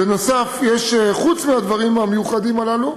בנוסף, חוץ מהדברים המיוחדים הללו,